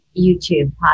YouTube